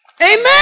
Amen